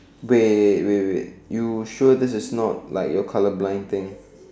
wait wait wait you sure this is not like your colour blind kind thing